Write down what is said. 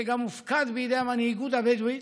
שגם הופקד בידי המנהיגות הבדואית,